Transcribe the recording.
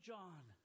John